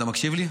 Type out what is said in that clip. אתה מקשיב לי?